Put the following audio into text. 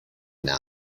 now